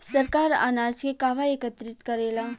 सरकार अनाज के कहवा एकत्रित करेला?